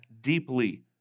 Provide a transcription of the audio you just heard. deeply